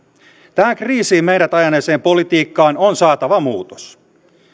tähän kriisiin meidät ajaneeseen politiikkaan on saatava muutos